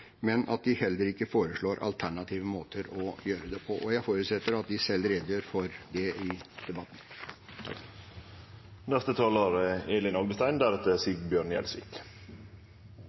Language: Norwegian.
men de foreslår heller ikke alternative måter å gjøre det på. Jeg forutsetter at de selv redegjør for det i debatten. Formålet med forslagene i denne proposisjonen, altså endringene på verdipapirfondområdet, er